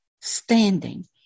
standing